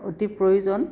অতি প্ৰয়োজন